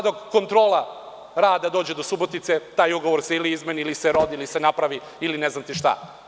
Dok kontrola dođe do Subotice, taj ugovor se ili izmeni ili se rodi ili se napravi ne znam šta.